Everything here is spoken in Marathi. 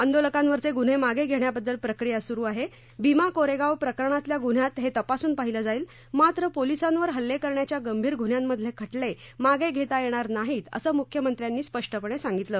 आंदोलकांवरचे गुन्हे मागे घेण्याबद्दल प्रक्रिया सुरू आहे भीमा कोरेगाव प्रकरणात देखील हे तपासून पाहिलं जाईल मात्र पोलिसांवर हल्ले करण्याच्या गंभीर गुन्ह्यांमधले खटले मागे घेता येणार नाहीत असं मुख्यमंत्र्यांनी स्पष्टपणे सांगितलं